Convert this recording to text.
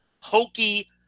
hokey